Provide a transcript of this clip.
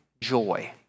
joy